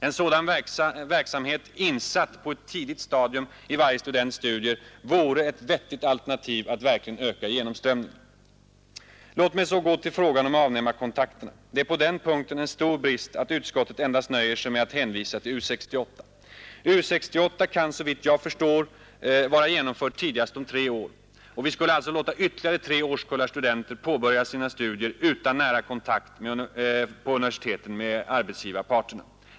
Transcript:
En sådan verksamhet Anslag till förvalt ZE EN : å å i X 4 E 5 insatt på ett tidigt stadium i varje students studier vore ett vettigt ningarna vid uni EO é SA ER I alternativ för att verkligen öka genomströmningen. PETRA Tha Låt mig så gå till frågan om avnämarkontakterna. Det är på den punkten en stor brist att utskottet nöjer sig med att hänvisa till U 68. U 68 kan, såvitt jag förstår, vara genomförd tidigast om tre år, och vi skulle alltså låta ytterligare tre årskullar studenter påbörja sina studier utan nära kontakt på universiteten med arbetsgivarparterna.